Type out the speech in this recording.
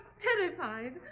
terrified